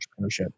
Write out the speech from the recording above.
entrepreneurship